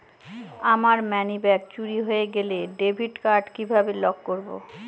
আমার মানিব্যাগ চুরি হয়ে গেলে ডেবিট কার্ড কিভাবে লক করব?